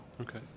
Okay